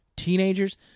teenagers